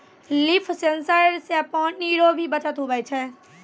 लिफ sensor से पानी रो भी बचत हुवै छै